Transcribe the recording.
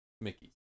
Mickey